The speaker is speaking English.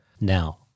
Now